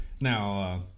Now